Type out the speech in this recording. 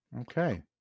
Okay